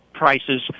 Prices